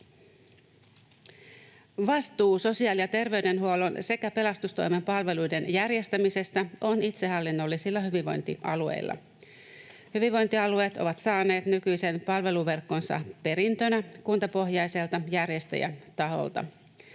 Vastuu sosiaali- ja terveydenhuollon sekä pelastustoimen palveluiden järjestämisestä on itsehallinnollisilla hyvinvointialueilla. Hyvinvointialueet ovat saaneet nykyisen palveluverkkonsa perintönä kuntapohjaiselta järjestäjätaholta.